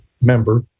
member